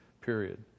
period